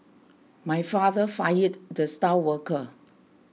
my father fired the star worker